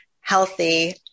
healthy